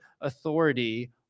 authority